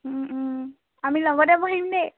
আমি লগতে বহিম দেই